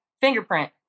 fingerprint